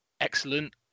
excellent